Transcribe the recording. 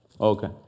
Okay